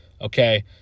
Okay